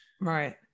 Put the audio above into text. right